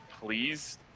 please